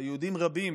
ויהודים רבים,